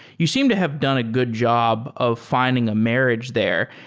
you seem to have done a good job of fi nding a marriage there.